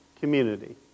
community